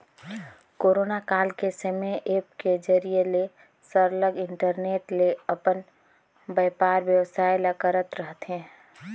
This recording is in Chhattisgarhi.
कोरोना काल के समे ऐप के जरिए ले सरलग इंटरनेट ले अपन बयपार बेवसाय ल करत रहथें